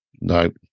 nope